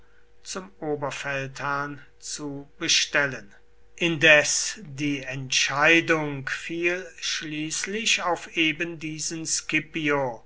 zum oberfeldherrn zu bestellen indes die entscheidung fiel schließlich auf ebendiesen